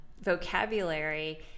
vocabulary